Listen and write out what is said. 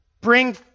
bring